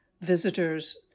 visitors